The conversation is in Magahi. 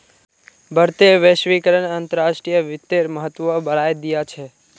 बढ़ते वैश्वीकरण अंतर्राष्ट्रीय वित्तेर महत्व बढ़ाय दिया छे